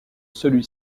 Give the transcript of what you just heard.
celui